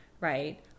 right